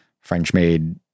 French-made